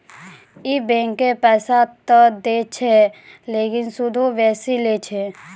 इ बैंकें पैसा त दै छै लेकिन सूदो बेसी लै छै